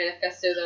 manifesto